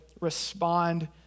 respond